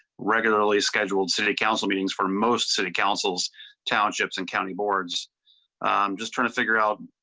regularly scheduled city council meetings for most city council's townships and county boards. i'm just trying to figure out.